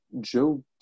Joe